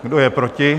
Kdo je proti?